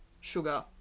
sugar